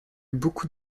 beaucoup